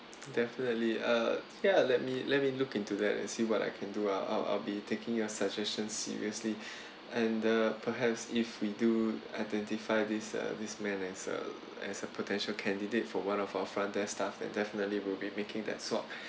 definitely uh yeah let me let me look into that and see what I can do I'll I'll be taking your suggestions seriously and the perhaps if we do identify this uh this man as a as a potential candidate for one of our front desk staff and definitely will be making that swap